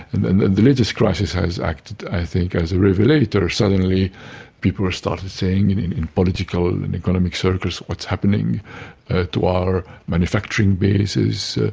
and the latest crisis has acted i think as a revelator. suddenly people have started saying and in in political ah and and economic circles, what's happening to our manufacturing bases?